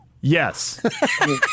Yes